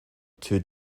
two